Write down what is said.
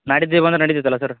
ನಾಡಿದ್ದೆ ಬಂದ್ರೆ ನೆಡಿತೈತೆ ಅಲ್ಲಾ ಸರ್